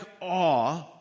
awe